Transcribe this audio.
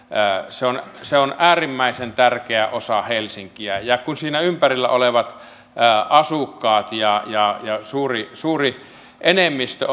se on se on äärimmäisen tärkeä osa helsinkiä ja kun siinä ympärillä olevat asukkaat ja ja suuri suuri enemmistö